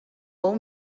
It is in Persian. اون